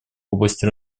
области